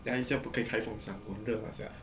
等一下又叫我不可以开风扇我很热了 sia